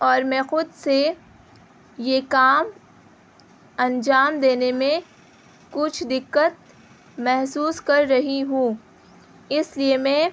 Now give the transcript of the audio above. اور میں خود سے یہ کام انجام دینے میں کچھ دقت محسوس کر رہی ہوں اس لیے میں